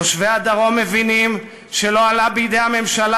תושבי הדרום מבינים שלא עלה בידי הממשלה